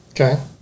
Okay